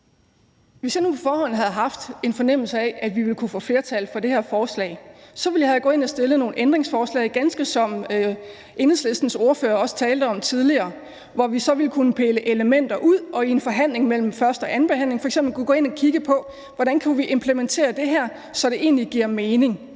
Hvis jeg nu på forhånd havde haft en fornemmelse af, at vi ville kunne få flertal for det her forslag, så ville jeg være gået ind og have stillet nogle ændringsforslag, ganske som Enhedslistens ordfører også talte om tidligere, hvor vi så ville kunne pille elementer ud og i en forhandling mellem første- og andenbehandlingen f.eks. kunne gå ind og kigge på, hvordan vi kunne implementere det her, så det gav mening.